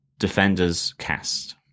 DefendersCast